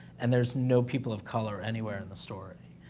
and there's no people of color anywhere in the story,